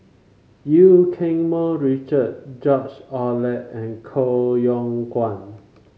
Eu Keng Mun Richard George Oehler and Koh Yong Guan